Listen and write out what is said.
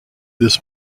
this